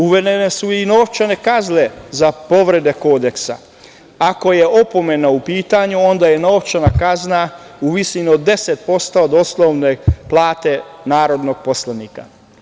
Uvedene su i novčane kazne za povrede Kodeksa, ako je opomena u pitanju onda je novčana kazna u visini od 10% od osnovne plate narodnog poslanika.